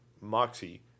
Moxie